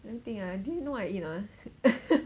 let me think ah do you know what I eat or not ah